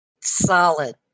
Solid